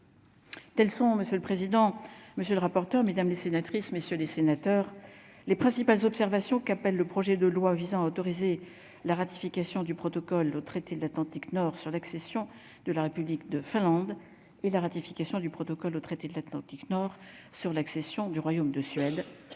Telles sont, monsieur le président, monsieur le rapporteur, mesdames les sénatrices, messieurs les sénateurs, les principales observations qu'appelle le projet de loi visant à autoriser la ratification du protocole au traité de l'Atlantique nord sur l'accession de la République de Finlande et la ratification du protocole au traité de l'Atlantique nord sur l'accession du royaume de Suède